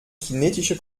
kinetische